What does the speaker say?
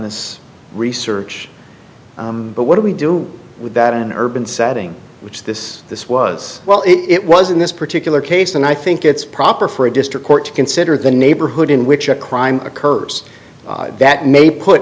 this research but what do we do with that in an urban setting which this this was well it was in this particular case and i think it's proper for a district court to consider the neighborhood in which a crime occurs that